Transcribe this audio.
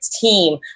team